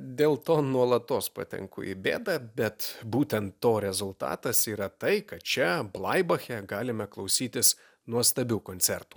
dėl to nuolatos patenku į bėdą bet būtent to rezultatas yra tai kad čia blaibache galime klausytis nuostabių koncertų